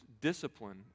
discipline